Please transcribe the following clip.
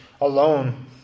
alone